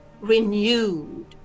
renewed